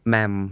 Ma'am